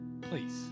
please